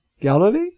Galilee